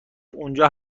اونجا